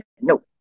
Nope